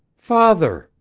father!